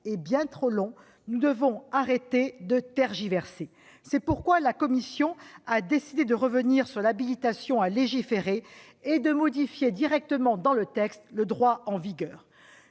est bien trop long. Nous devons arrêter de tergiverser ! C'est pourquoi la commission a décidé de revenir sur l'habilitation à légiférer et de modifier directement le droit en vigueur.